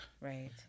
Right